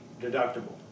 deductible